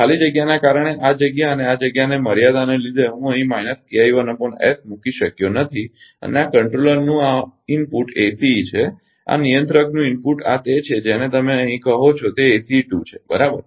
ખાલી જગ્યાના કારણે આ જગ્યા અને આ જગ્યા મર્યાદાને લીધે હું અહીં મૂકી શક્યો નથી અને આ નિયંત્રકકંટ્રોલરનું આ ઇનપુટ એસીઇ છે આ નિયંત્રકનું ઇનપુટ આ તે છે જેને તમે અહીં કહો છો તે એસીઇ 2ACE 2 છે બરાબર